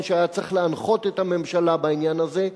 שהיה צריך להנחות את הממשלה בעניין הזה,